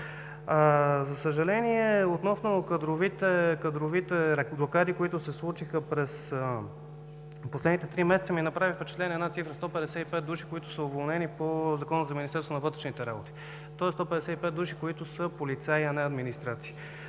За съжаление, относно кадровите рокади, които се случиха през последните три месеца, ми направи впечатление една цифра – 155 души, които са уволнени по Закона за Министерството на вътрешните работи, тоест 155 души, които са полицаи, а не администрация.